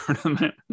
tournament